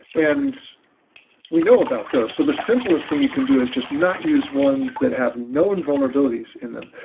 and we know about those. so the simplest thing you can do is just not use ones that have no invulnerabilities in them.